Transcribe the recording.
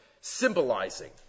symbolizing